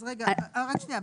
אז רגע, רק שנייה.